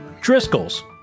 Driscoll's